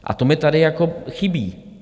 A to mi tady jako chybí.